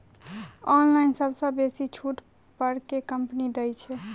Online सबसँ बेसी छुट पर केँ कंपनी दइ छै?